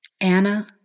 Anna